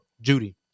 Judy